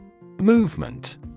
Movement